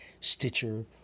Stitcher